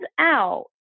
out